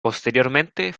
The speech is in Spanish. posteriormente